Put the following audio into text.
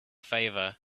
favor